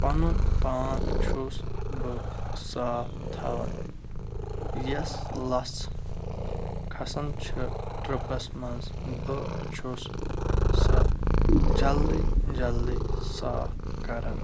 پَنُن پان چھُس بہٕ صاف تھاوان یۄس لَژھ کھَسان چھِ ٹٕرٛپَس مَنٛز بہٕ چھُس سۄ جلدی جلدی صاف کران